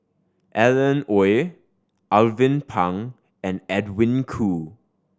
Alan Oei Alvin Pang and Edwin Koo